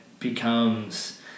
becomes